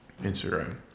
Instagram